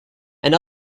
and